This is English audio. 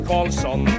Carlson